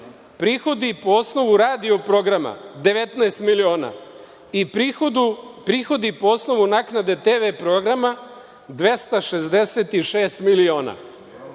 prihodi po osnovu radio programa 19 miliona i prihodi po osnovu naknade TV programa 266 miliona.